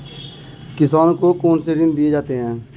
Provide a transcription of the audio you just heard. किसानों को कौन से ऋण दिए जाते हैं?